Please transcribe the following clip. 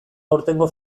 aurtengo